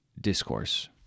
Discourse